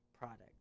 product